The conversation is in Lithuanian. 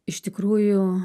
iš tikrųjų